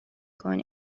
کنی